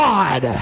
God